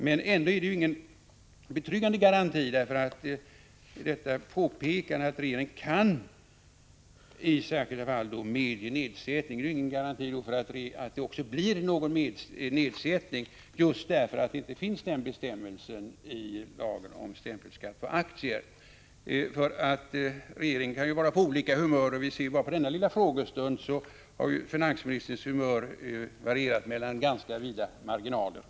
Detta är glädjande men det är ingen betryggande garanti för att det verkligen blir någon nedsättning, eftersom motsvarande bestämmelse inte finns i lagen om stämpelskatt på aktier. Regeringen kan ju vara på olika humör vid olika tillfällen. Bara under denna frågestund har finansministerns — Prot. 1985/86:13